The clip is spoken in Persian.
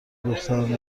دختران